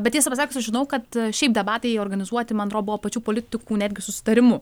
bet tiesą pasakius aš žinau kad šiaip debatai organizuoti man atrodo buvo pačių politikų netgi susitarimu